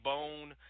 Bone